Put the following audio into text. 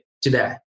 today